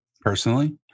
personally